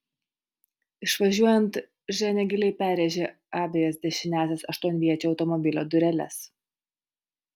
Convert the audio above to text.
išvažiuojant ženia giliai perrėžė abejas dešiniąsias aštuonviečio automobilio dureles